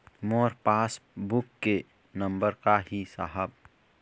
मोर passbook के number का ही साहब?